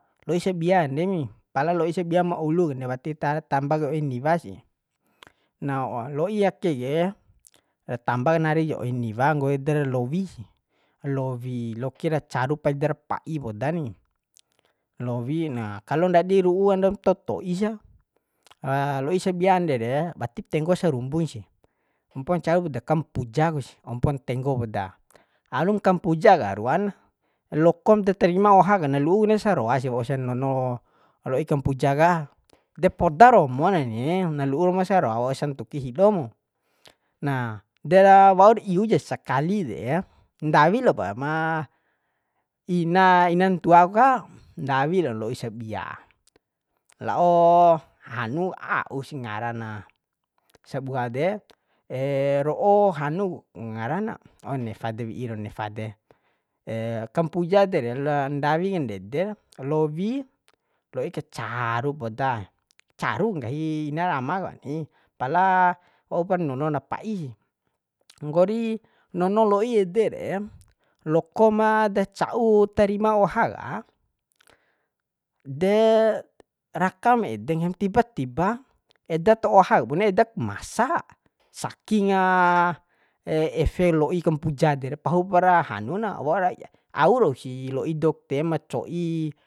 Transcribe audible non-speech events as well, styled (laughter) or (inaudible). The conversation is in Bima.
Lo'i sabia ande ni pala lo'i sabia ma ulu kande wati tara tamba kai oi niwa sih (hesitation) lo'i ake ke ra tamba kanari ja oi niwa nggori ede re lowi sih lowi lokir caru paidar pa'i poda ni lowi na kalo ndadi ru'u ando toto'i sa (hesitation) lo'i sabia ande re watip tenggo sarumbun sih ampon caru poda kampuja ku sih ampon tenggo poda alum kampuja ka ruan lokom da terima oha ka na lu'u kone saroa ish waursa nono lo'i kampuja ka de poda romo na ni na lu'u romo saroa waursa roa waursi ntuki hido mu na de (hesitation) waur iu ja sakali de ndawi lopa ma ina inan ntua ka ndawi lo lo'i sabia la'o (hesitation) hanu ka ausih ngara na sabua de (hesitation) ro'o hanu ku ngara na waur nefa de wi'ir wau nefa de (hesitation) kampuja de re loa ndawi kandede lowi loi kacaru podae caru nggahi na rama kani pala waupar nono na pa'i sih nggori nono lo'i ede re loko ma da ca'u tarima oha ka de ra kam ede nggahim tiba tiba eda taho oha ka bune edak masa sakinga (hesitation) efe lo'i kampuja de re pahupra hanu na auru sih lo'i dokter ma co'i